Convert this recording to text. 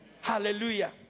Hallelujah